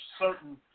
certain